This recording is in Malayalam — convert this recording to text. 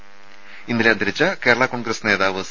ത ഇന്നലെ അന്തരിച്ച കേരളാ കോൺഗ്രസ് നേതാവ് സി